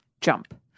jump